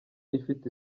ifite